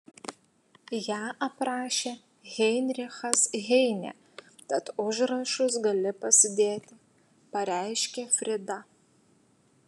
ją aprašė heinrichas heinė tad užrašus gali pasidėti pareiškė frida